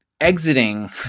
exiting